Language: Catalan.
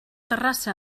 terrassa